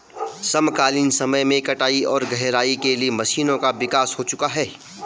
समकालीन समय में कटाई और गहराई के लिए मशीनों का विकास हो चुका है